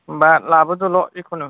होम्बा लाबोदोल' जिखुनु